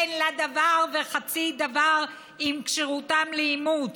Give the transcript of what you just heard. אין לה דבר וחצי דבר עם כשרותם לאימוץ.